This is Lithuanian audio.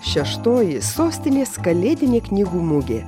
šeštoji sostinės kalėdinė knygų mugė